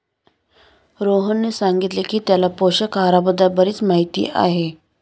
रोहनने सांगितले की त्याला पोषक आहाराबद्दल बरीच माहिती आहे